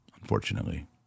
Unfortunately